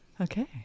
Okay